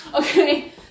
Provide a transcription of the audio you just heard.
Okay